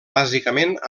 bàsicament